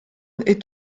est